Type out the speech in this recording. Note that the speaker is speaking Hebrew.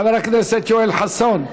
חבר הכנסת יואל חסון,